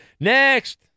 Next